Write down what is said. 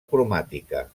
cromàtica